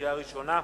קריאה ראשונה.